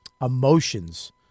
emotions